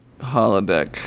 Holodeck